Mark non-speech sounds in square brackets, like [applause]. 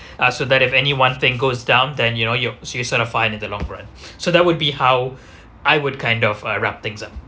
uh so that if any one thing goes down then you know you should be sort of fine in the long run [breath] so that would be how I would kind of uh wrap things up